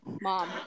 Mom